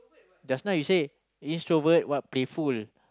just now you say introvert what playful